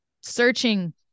searching